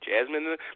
Jasmine